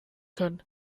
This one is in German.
können